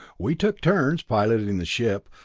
we took turns piloting the ship,